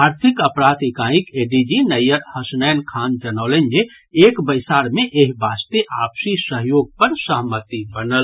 आर्थिक अपराध इकाईक एडीजी नैय्यर हसनैन खान जनौलनि जे एक बैसार मे एहि वास्ते आपसी सहयोग पर सहमति बनल